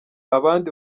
abandi